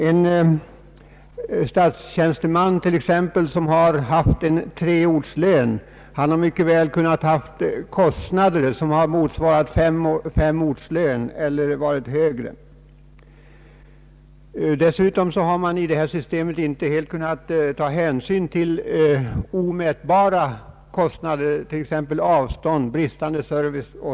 En statstjänsteman med 3-ortslön kan mycket väl ha kostnader som motsvarar kostnaderna i 5-ort eller som är högre. Dessutom har man i det här systemet inte kunnat ta hänsyn till omätbara kostnader, t.ex. avstånd och bristande service.